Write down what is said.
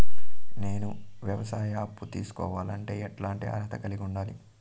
నేను వ్యవసాయ అప్పు తీసుకోవాలంటే ఎట్లాంటి అర్హత కలిగి ఉండాలి?